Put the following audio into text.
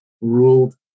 ruled